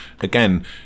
again